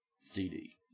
cd